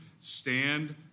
Stand